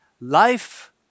life